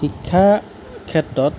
শিক্ষা ক্ষেত্ৰত